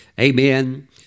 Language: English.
Amen